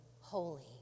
holy